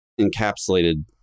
encapsulated